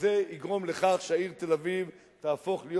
וזה יגרום לכך שהעיר תל-אביב תהפוך להיות